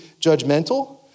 judgmental